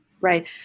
right